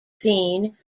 scene